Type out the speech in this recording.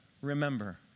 remember